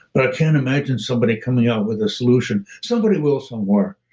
but i can't imagine somebody coming up with a solution. somebody will somewhere,